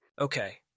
Okay